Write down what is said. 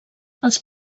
els